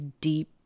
deep